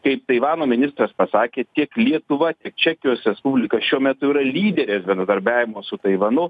kaip taivano ministras pasakė tiek lietuva tiek čekijos respublika šiuo metu yra lyderės bendradarbiavimo su taivanu